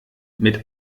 mit